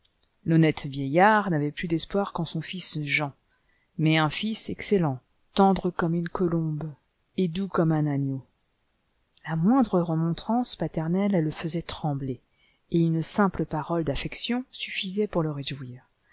honnête vieillard n'avait plus d'espoir qu'en son fils jean mais un fils excellent tendre comme une colombe et doux comme un agneau la moindre remontrance paternelle le faisait trembler et une simple parole d'affection suffisait pour le réjouir